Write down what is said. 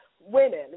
women